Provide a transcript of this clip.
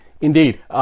Indeed